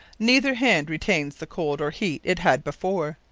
neither hand retaines the cold, or heat it had before,